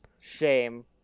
shame